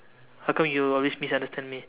how come you always misunderstand me